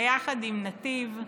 ביחד עם נתיב,